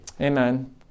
Amen